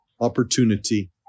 opportunity